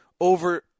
over